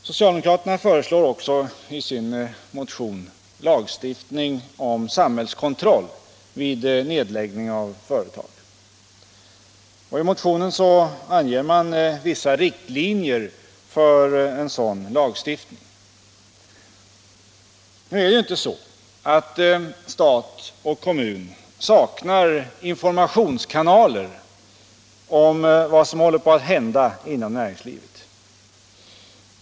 Socialdemokraterna föreslår också i sin motion lagstiftning om samhällskontroll vid nedläggning av företag. I motionen anges vissa riktlinjer för en sådan lagstiftning. Nu är det inte så att stat och kommun saknar informationskanaler om vad som håller på att hända inom näringslivet.